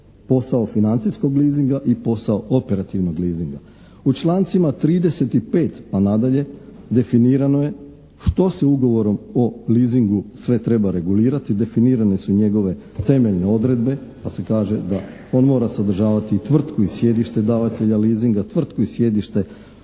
posao financijskog leasinga i posao operativnog leasinga. U člancima 35. pa nadalje definirano je što se ugovorom o leasingu sve treba regulirati? Definirane su njegove temeljne odredbe pa se kaže da on mora sadržavati i tvrtku i sjedište davatelja leasinga, tvrtku i sjedište